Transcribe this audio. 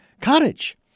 cottage